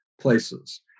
places